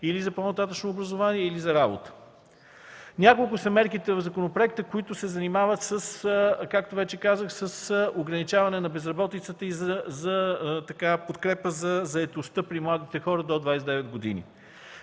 или за по-нататъшно образование, или за работа. Няколко са мерките в законопроекта, които се занимават с ограничаване на безработицата и за подкрепа на заетостта при младите хора до 29 години.